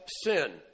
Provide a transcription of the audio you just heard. sin